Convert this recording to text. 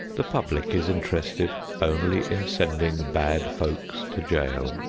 the public is interested only in sending bad folks to jail.